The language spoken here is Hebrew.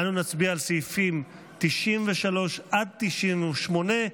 אנו נצביע על סעיפים 93 עד 98,